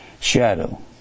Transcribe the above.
shadow